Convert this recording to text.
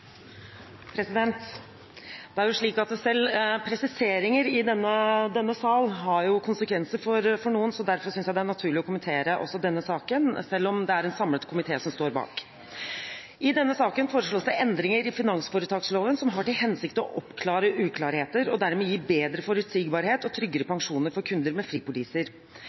1. Det er slik at selv presiseringer i denne sal har konsekvenser for noen. Derfor synes jeg det er naturlig å kommentere også denne saken, selv om det er en samlet komité som står bak. I denne saken foreslås det endringer i finansforetaksloven som har til hensikt å oppklare uklarheter og dermed gi bedre forutsigbarhet og tryggere pensjoner for kunder med fripoliser.